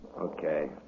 Okay